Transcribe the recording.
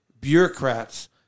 bureaucrats